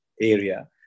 area